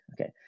Okay